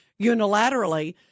unilaterally